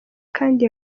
kandi